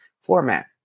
format